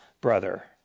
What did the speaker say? brother